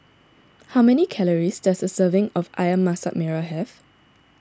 how many calories does a serving of Ayam Masak Merah have